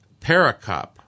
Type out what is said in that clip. Paracop